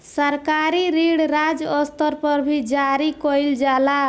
सरकारी ऋण राज्य स्तर पर भी जारी कईल जाला